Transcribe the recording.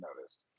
noticed